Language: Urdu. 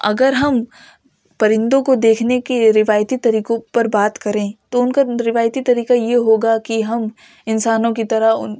اگر ہم پرندوں کو دیکھنے کے روایتی طریقوں پر بات کریں تو ان کا روایتی طریقہ یہ ہوگا کہ ہم انسانوں کی طرح